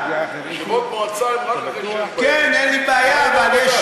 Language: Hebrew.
כן, אין לי בעיה, אבל יש